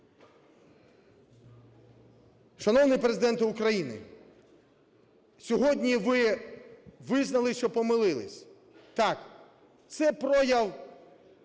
Шановний Президенте України, сьогодні ви визнали, що помилились. Так, це прояв